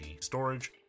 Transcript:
storage